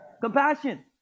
Compassion